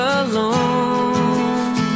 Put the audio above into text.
alone